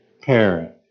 parent